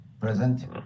Present